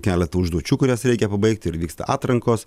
keletą užduočių kurias reikia pabaigti ir vyksta atrankos